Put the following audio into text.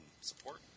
support